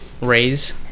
raise